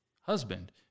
husband